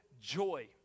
joy